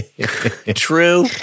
True